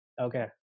Okay